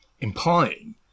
implying